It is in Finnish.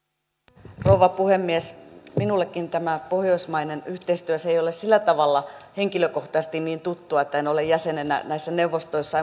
arvoisa rouva puhemies minullekaan tämä pohjoismainen yhteistyö ei ole sillä tavalla henkilökohtaisesti niin tuttua en ole jäsenenä näissä neuvostoissa